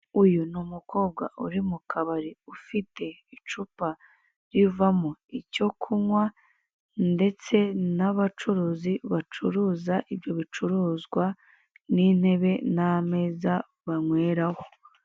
Uyu ni umukobwa uri mu kabari, ufite icupa rivamo icyo kunywa, ndetse n'abacuruzi bacuruza ibyo bicuruzwa, n'intebe n'ameza banyweraho.